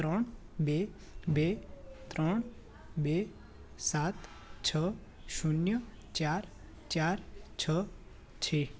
ત્રણ બે બે ત્રણ બે સાત છ શૂન્ય ચાર ચાર છ છે